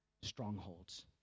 strongholds